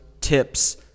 tips